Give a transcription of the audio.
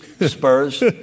spurs